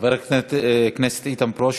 חבר הכנסת איתן ברושי.